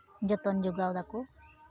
ᱡᱚᱛᱚᱱ ᱡᱚᱜᱟᱣ ᱫᱟᱠᱚ